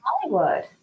Hollywood